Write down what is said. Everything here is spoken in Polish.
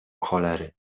cholery